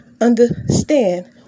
Understand